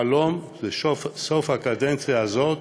חלום לסוף הקדנציה הזאת: